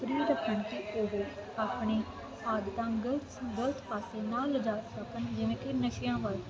free ਰੱਖਣ ਕਿ ਉਹ ਆਪਣੀ ਆਦਤਾਂ ਗਲਤ ਗਲਤ ਪਾਸੇ ਨਾ ਲਿਜਾ ਸਕਣ ਜਿਵੇਂ ਕਿ ਨਸ਼ਿਆਂ ਵੱਲ